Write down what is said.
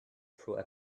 through